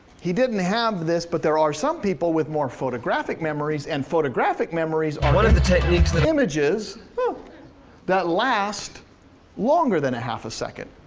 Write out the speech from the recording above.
he didn't have this, but there are some people with more photographic memories, and photographic memories are narrator what are the techniques that images that last longer than half a second.